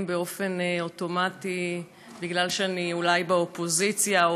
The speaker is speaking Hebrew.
באופן אוטומטי כי אני אולי באופוזיציה,